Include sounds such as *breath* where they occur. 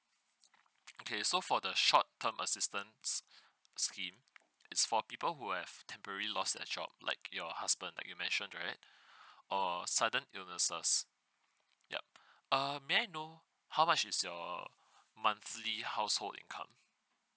okay so for the short term assistance scheme it's for people who have temporary lost the job like your husband like you mentioned right *breath* or sudden illnesses yup um may I know how much is your monthly household income